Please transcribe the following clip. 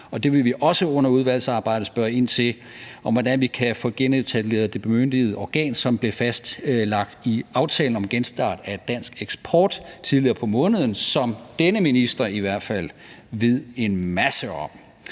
Det vil vi også under udvalgsarbejdet spørge ind til, altså hvordan vi kan få genetableret det bemyndigede organ, som tidligere på måneden blev fastlagt i aftalen om genstart af dansk eksport, som denne minister i hvert fald ved en masse om.